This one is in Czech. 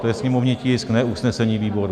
To je sněmovní tisk, ne usnesení výboru.